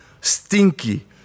stinky